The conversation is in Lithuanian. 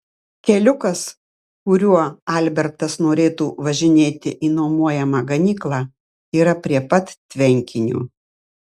keliukas kuriuo albertas norėtų važinėti į nuomojamą ganyklą yra prie pat tvenkinio